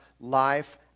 life